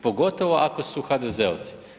Pogotovo ako su HDZ-ovci.